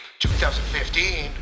2015